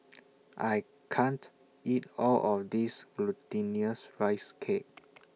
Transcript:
I can't eat All of This Glutinous Rice Cake